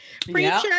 preacher